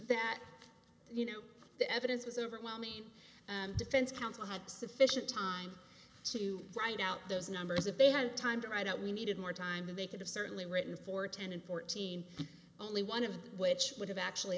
that you know the evidence was overwhelming and defense counsel had sufficient time to write out those numbers if they had time to write out we needed more time they could have certainly written for ten and fourteen only one of which would have actually